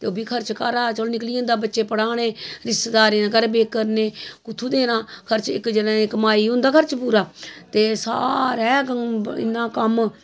ते ओह् बी खर्च चलो घरा दा निकली जंदा बच्चे पढ़ाने रिश्तेदारें घर बेकरने कु'त्थु देना खर्च इक जनै कमाई होंदा खर्च पूरा ते सारै इन्ना कम्म